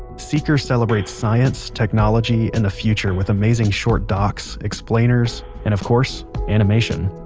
seeker celebrates science, technology and the future with amazing short docs, explainers and of course, animation.